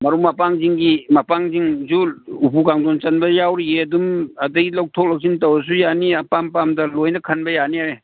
ꯃꯔꯨꯞ ꯃꯄꯥꯡꯁꯤꯡꯒꯤ ꯃꯄꯥꯡꯁꯤꯡꯁꯨ ꯎꯄꯨ ꯀꯥꯡꯗꯣꯟ ꯆꯟꯕ ꯌꯥꯎꯔꯤꯌꯦ ꯑꯗꯨꯝ ꯑꯗꯒꯤ ꯂꯧꯊꯣꯛ ꯂꯧꯁꯤꯟ ꯇꯧꯔꯁꯨ ꯌꯥꯅꯤ ꯑꯄꯥꯝ ꯄꯥꯝꯗ ꯂꯣꯏꯅ ꯈꯟꯕ ꯌꯥꯅꯤꯌꯦ